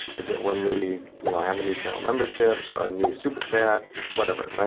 is it when we you know have a new channel membership, a new super chat, whatever, right?